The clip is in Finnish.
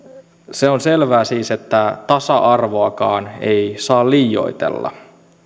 se on selvää siis että tasa arvoakaan ei saa liioitella